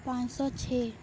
پانچ سو چھ